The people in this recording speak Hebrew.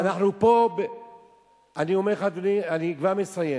אני אומר לך, אדוני, אני כבר מסיים,